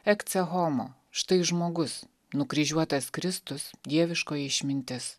ekce homo štai žmogus nukryžiuotas kristus dieviškoji išmintis